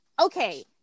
okay